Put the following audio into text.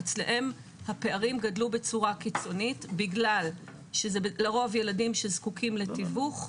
אצלם הפערים גדלו בצורה קיצונית בגלל שזה לרוב ילדים שזקוקים לתיווך.